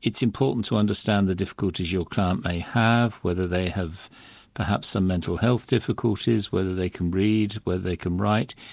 it's important to understand the difficulties your client may have, whether they have perhaps some mental health difficulties, whether they can read, whether they can write,